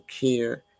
Care